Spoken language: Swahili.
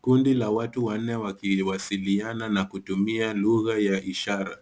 Kundi la watu wanne wakiwasiliana na kutumia lugha ya ishara.